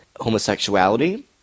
homosexuality